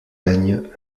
règne